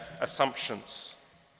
assumptions